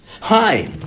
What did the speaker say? Hi